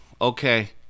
okay